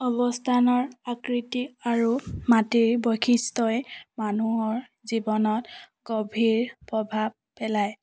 অৱস্থানৰ আকৃতি আৰু মাটিৰ বৈশিষ্ট্যই মানুহৰ জীৱনত গভীৰ প্ৰভাৱ পেলায়